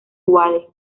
wade